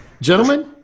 gentlemen